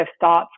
thoughts